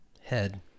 head